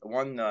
one